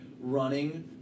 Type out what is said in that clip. running